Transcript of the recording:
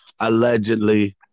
allegedly